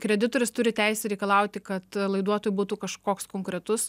kreditorius turi teisę reikalauti kad laiduotoju būtų kažkoks konkretus